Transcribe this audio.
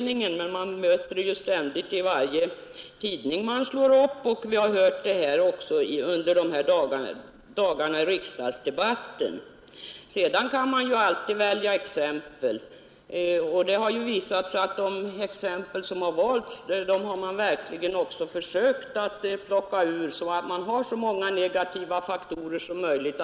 Men vi möter denna kritik ständigt i tidningarna och vi har mött den också i riksdagsdebatten under de här dagarna. Sedan kan man ju alltid välja exempel på olika sätt. I de exempel man kommit med har man samlat så många negativa faktorer som möjligt.